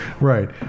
Right